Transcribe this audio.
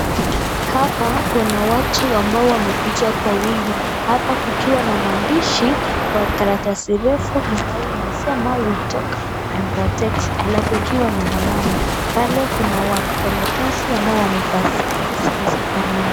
Hapa kuna watu ambao wamekuja kwa wingi. Hapa kukiwa na maandishi kwa karatasi refu ambayo inasema we talk and protect alafu ikiwa na alama. Pale kuna wafanyikazi ambao wamevaa sare ambazo zinafanana.